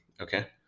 Okay